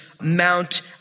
Mount